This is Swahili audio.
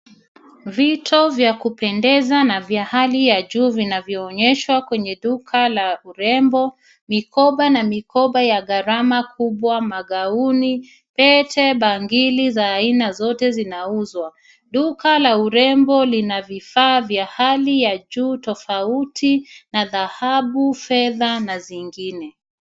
Vito vya kupendeza na vya hali ya juu vinavyoonyeshwa kwenye duka la urembo, mikoba na mikoba ya gharama kubwa, magauni, pete bangili za aina zote zinauzwa. Duka la urembo lina vifaa vya hali ya juu tofauti na dhahabu, fedha na zingine.